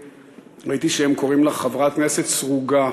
ראיתי שהם קוראים לך "חברת כנסת סרוגה".